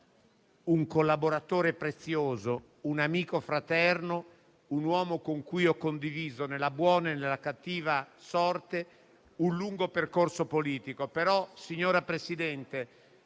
un collaboratore prezioso, un amico fraterno, un uomo con cui ho condiviso, nella buona e nella cattiva sorte, un lungo percorso politico. Tuttavia, signora Presidente,